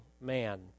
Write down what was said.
man